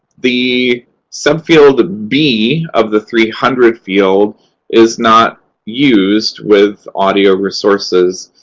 the subfield b of the three hundred field is not used with audio resources.